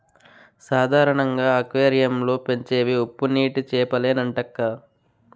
సాధారణంగా అక్వేరియం లో పెంచేవి ఉప్పునీటి చేపలేనంటక్కా